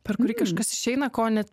per kurį kažkas išeina ko ne